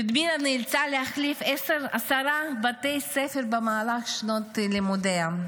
לודמילה נאלצה להחליף עשרה בתי ספר במהלך שנות לימודיה.